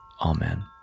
Amen